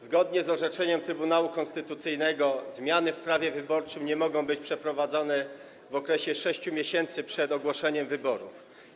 Zgodnie z orzeczeniem Trybunału Konstytucyjnego zmiany w prawie wyborczym nie mogą być przeprowadzane w okresie 6 miesięcy przed dniem ogłoszenia wyborów.